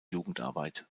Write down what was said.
jugendarbeit